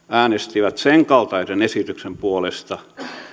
äänestivät sen kaltaisen esityksen puolesta